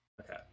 Okay